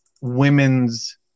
women's